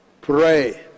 pray